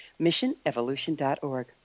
missionevolution.org